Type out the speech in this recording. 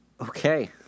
Okay